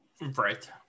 Right